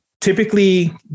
typically